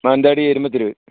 Mananthavady Erumatheruvu